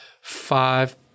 five